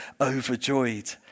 overjoyed